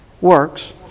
works